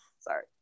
Sorry